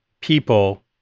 people